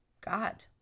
God